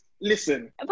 listen